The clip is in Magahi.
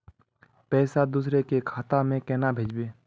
पैसा दूसरे के खाता में केना भेजबे?